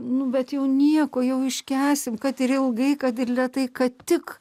nu bet jau nieko jau iškęsim kad ir ilgai kad ir lėtai kad tik